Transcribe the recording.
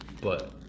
But-